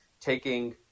taking